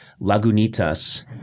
Lagunitas